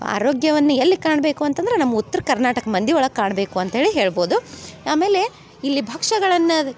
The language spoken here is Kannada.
ಆರೋಗ್ಯವನ್ನ ಎಲ್ಲಿ ಕಾಣಬೇಕು ಅಂತಂದ್ರ ನಮ್ಮ ಉತ್ರ ಕರ್ನಾಟಕ ಮಂದಿ ಒಳಗೆ ಕಾಣಬೇಕು ಅಂತೇಳಿ ಹೇಳ್ಬೋದು ಆಮೇಲೆ ಇಲ್ಲಿ ಭಕ್ಷ್ಯಗಳನ್ನ